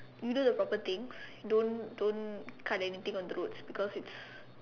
you do the proper things don't don't cut anything on the roads because it's